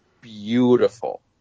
beautiful